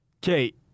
Kate